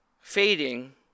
fading